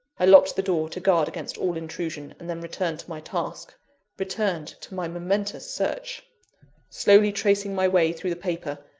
i locked the door to guard against all intrusion, and then returned to my task returned to my momentous search slowly tracing my way through the paper,